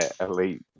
elite